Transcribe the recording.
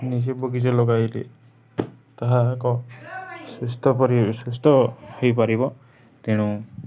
ନିଜେ ବଗିଚା ଲଗାଇଲେ ତାହା ଏକ ସୁସ୍ଥ ପରିବେଶ ସୁସ୍ଥ ହୋଇପାରିବ ତେଣୁ